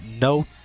No